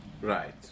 Right